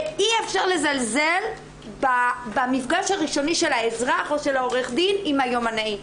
אי אפשר לזלזל במפגש הראשוני של האזרח או של עורך הדין עם היומנאי,